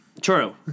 true